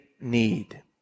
need